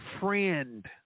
friend